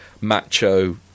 macho